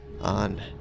on